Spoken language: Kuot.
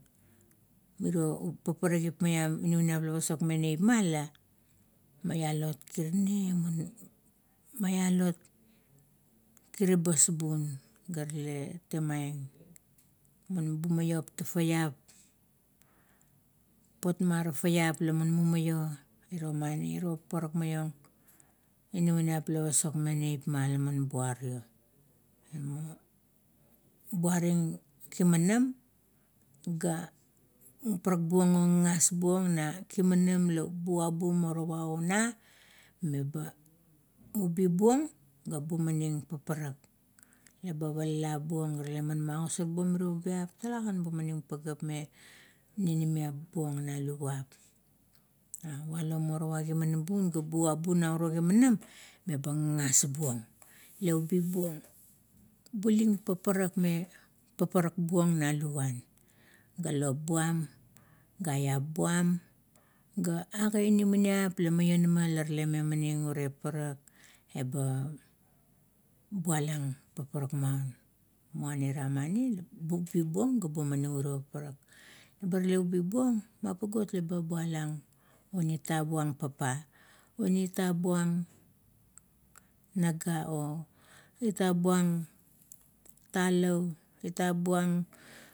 Paparakip maiam mila pasokmeng neipma la maialot kirinim, mialot kiribas bun, ga rale temaieng. Man bumaiop tafaiap, popot, ma tafaiap la man mumaio, "ira mani?". Iro paparak aiong inamanip la paskmeng neipma la man buaro. Buaring kimanam, ga paparak buong o gagas na kimanam, la buvabu morowa una, leba ubi buong ga bumaning paparak. Leba palala buong ga rale magasor buong miro ubiap, ta lagan bumaning pagap me ninimiap buong na luvan. La valo morowa gimanam ga buvabu na uro gimanam eba gagas buong, le ubibuong bulin paparak me paparak buongm me paparak buong na luvan, ga lop buam, ga aiap buam, ga aga inamanip mirie la rale memaning ure paparak, eba bualang paparak maun. Muana ira mani, ubibuong ga bumaning urio paparak. Laba tale ubibong, mani laba bualang un ita buang papa, o ita buang naga, o ita buong tatau ita buang.